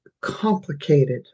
complicated